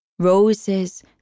Roses